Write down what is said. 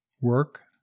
work